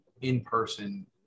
in-person